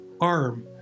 arm